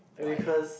because